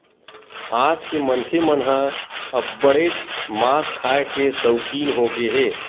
आज के मनखे मन ह अब्बड़ेच मांस खाए के सउकिन होगे हे